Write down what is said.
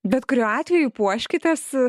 bet kuriuo atveju puoškitės